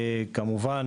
כמובן